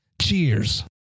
Cheers